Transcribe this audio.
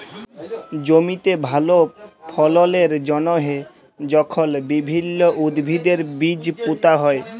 জমিতে ভাল ফললের জ্যনহে যখল বিভিল্ল্য উদ্ভিদের বীজ পুঁতা হ্যয়